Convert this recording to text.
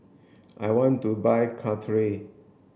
I want to buy Caltrate